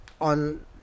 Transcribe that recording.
on